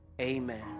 Amen